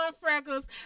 Freckles